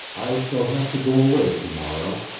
i shall have to go away to-morrow.